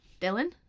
Dylan